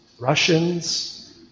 Russians